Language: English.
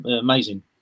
amazing